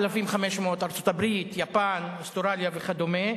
ומעל 4,500 זה ארצות-הברית, יפן, אוסטרליה וכדומה.